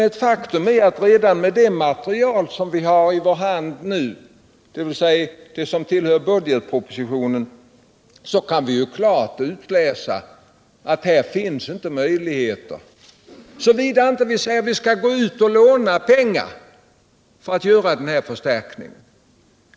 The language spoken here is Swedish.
Ett faktum är att redan av det material som vi nu har i vår hand, dvs. det som tillhör budgetpropositionen, kan vi klart utläsa att det inte finns ekonomiska möjligheter till den här Försvarspolitiken, 60 förstärkningen av försvarsanslaget, såvida vi inte skall gå utomlands och låna pengar till den.